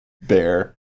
Bear